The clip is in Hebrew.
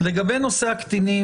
מן הסתם הם ימשיכו.